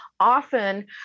Often